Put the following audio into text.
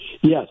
Yes